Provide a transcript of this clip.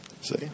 See